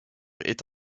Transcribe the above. est